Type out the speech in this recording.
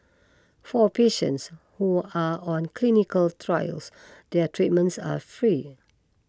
for patients who are on clinical trials their treatments are free